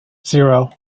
zero